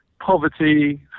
poverty